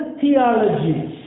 theology